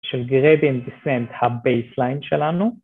‫של gradient descent, הבייסליין שלנו.